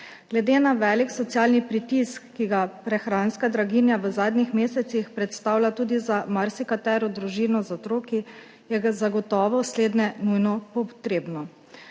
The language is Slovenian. Glede na velik socialni pritisk, ki ga prehranska draginja v zadnjih mesecih predstavlja tudi za marsikatero družino z otroki, je zagotovo slednje nujno potrebno.